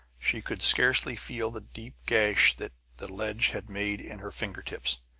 she could scarcely feel the deep gash that the ledge had made in her finger-tips.